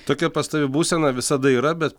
tokia pastovi būsena visada yra bet